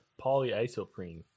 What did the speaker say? polyisoprene